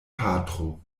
patro